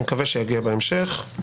אני מקווה שיגיע בהמשך.